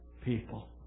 people